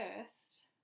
first